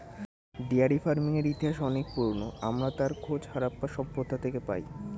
dairy ফার্মিংয়ের ইতিহাস অনেক পুরোনো, আমরা তার খোঁজ হারাপ্পা সভ্যতা থেকে পাই